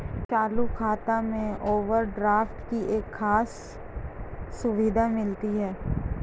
चालू खाता में ओवरड्राफ्ट की एक खास सुविधा मिलती है